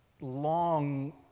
long